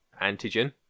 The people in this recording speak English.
antigen